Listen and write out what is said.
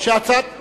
זה כתוב בחוק.